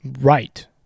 right